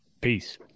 Peace